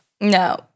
No